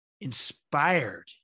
inspired